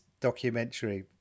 documentary